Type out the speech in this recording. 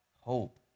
hope